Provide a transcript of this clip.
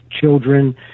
children